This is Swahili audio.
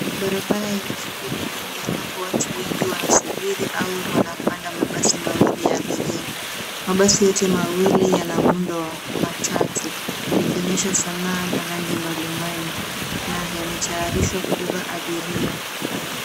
Barabara yenye shughuli nyingi ambapo watu wengi wanasubiri au wanapanda mabasi mawili ya abiria. Mabasi yote mawili yana muundo wa matatu yakionyesha sanaa na rangi mbali mbali na yametayarishwa kubeba abiria.